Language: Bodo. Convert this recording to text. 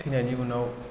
थैनायनि उनाव